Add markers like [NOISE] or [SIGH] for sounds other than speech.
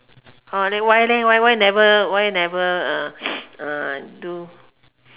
ah then why leh why why never why never uh [NOISE] uh do